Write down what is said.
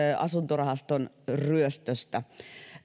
asuntorahaston ryöstöstä